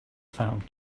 found